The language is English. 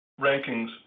rankings